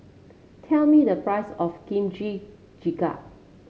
tell me the price of Kimchi Jjigae